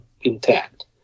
intact